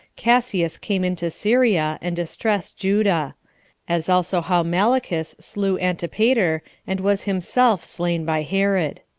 cassius came into syria, and distressed judea as also how malichus slew antipater and was himself slain by herod.